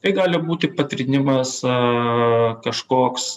tai gali būti patrynimas a kažkoks